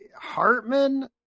Hartman